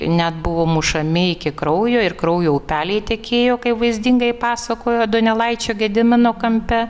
net buvo mušami iki kraujo ir kraujo upeliai tekėjo kaip vaizdingai pasakojo donelaičio gedimino kampe